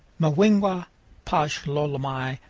muingwa pash lolomai,